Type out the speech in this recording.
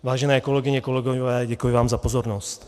Vážené kolegyně, kolegové, děkuji vám za pozornost.